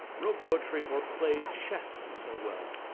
wrote poetry, or played chess so well.